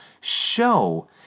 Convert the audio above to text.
Show